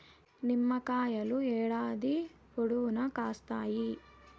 నిమ్మకాయలు ఏడాది పొడవునా కాస్తాయి